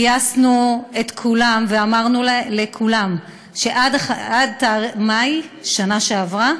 גייסנו את כולם ואמרנו לכולם שעד מאי בשנה שעברה